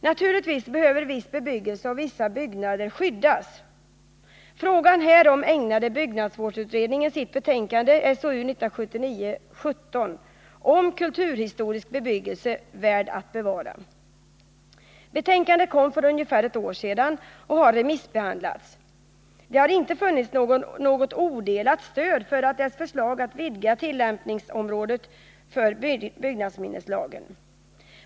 Naturligtvis behöver viss bebyggelse och vissa byggnader skyddas. Frågan härom ägnade byggnadsvårdsutredningen sitt betänkande Kulturhistorisk bebyggelse — värd att bevara . Betänkandet kom för ungefär ett år sedan och har remissbehandlats. Det har inte funnits något odelat stöd för dess förslag om att vidga tillämpningsområdet för byggnadsminneslagen.